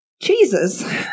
Jesus